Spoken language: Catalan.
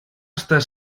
estar